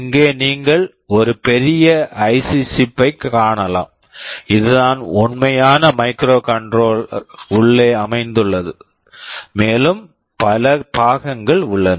இங்கே நீங்கள் ஒரு பெரிய ஐசி சிப்பை IC chip ஐக் காணலாம் இதுதான் உண்மையான மைக்ரோகண்ட்ரோலர் microcontroller உள்ளே அமைந்துள்ளது மேலும் பல பாகங்கள் உள்ளன